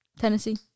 Tennessee